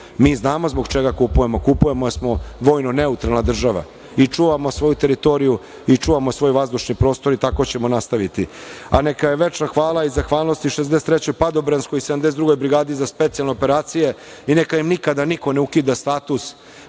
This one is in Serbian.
Mi znamo zbog čega kupujemo, kupujemo jer smo vojno neutralna država i čuvamo svoju teritoriju i čuvamo svoj vazdušni prostor i tako ćemo nastaviti. Neka je večno hvala i zahvalnost 63. padobranskoj i 72. brigadi za specijalne operacije i neka im nikada niko ne ukida status,